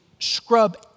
Scrub